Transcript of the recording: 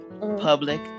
Public